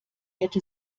hätte